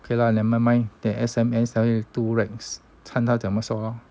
okay lah never mind the S_M_S tell two racks 看他怎么说咯